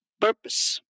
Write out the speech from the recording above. purpose